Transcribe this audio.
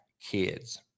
kids